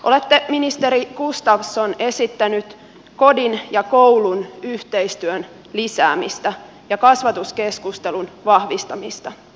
olette ministeri gustafsson esittänyt kodin ja koulun yhteistyön lisäämistä ja kasvatuskeskustelun vahvistamista